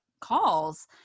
calls